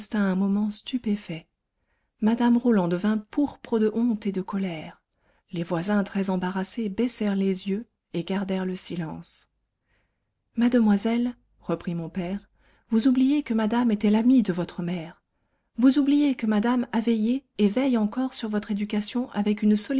resta un moment stupéfait mme roland devint pourpre de honte et de colère les voisins très embarrassés baissèrent les yeux et gardèrent le silence mademoiselle reprit mon père vous oubliez que madame était l'amie de votre mère vous oubliez que madame a veillé et veille encore sur votre éducation avec une